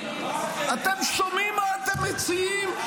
אתם שומעים מה אתם מציעים?